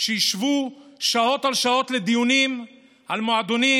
שישבו שעות על שעות לדיונים על מועדונים,